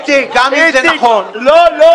איציק, גם אם זה נכון --- לא, לא.